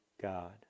God